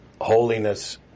holiness